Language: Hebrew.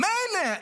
מילא,